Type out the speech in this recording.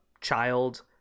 child